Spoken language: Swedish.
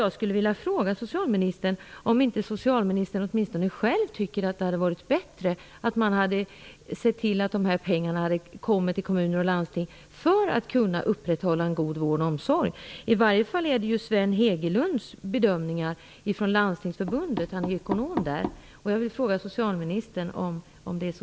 Jag skulle vilja fråga socialministern om inte socialministern åtminstone själv tycker att det hade varit bättre att man hade sett till att de här pengarna hade kommit till kommuner och landsting så att de kunde upprätthålla en god vård och omsorg. I varje fall är det Sven Hegelunds bedömning. Han är ekonom på